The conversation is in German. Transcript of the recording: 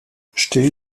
stell